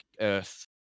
Earth